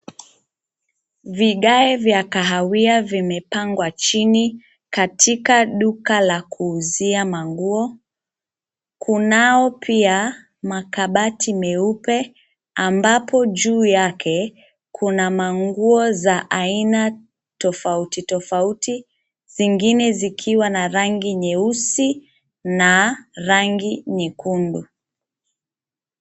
Vigae vya kahawia vimepangwa chini katika duka la kuzia manguo. Kunao pia makabati meupe ambapo ju yake kuna manguo za aina tofauti tofauti, zingine zikiwa na rangi nyeusi na rangi nyekundu.